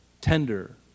tender